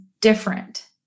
different